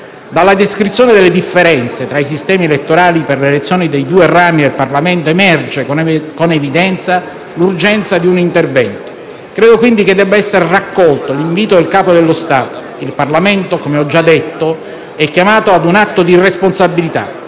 Dalla descrizione delle differenze tra i sistemi elettorali per l'elezione dei due rami del Parlamento emerge, con evidenza, l'urgenza di un intervento. Credo, quindi, che debba essere raccolto l'invito del Capo dello Stato. Come ho già detto, il Parlamento è chiamato a un atto di responsabilità,